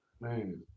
Man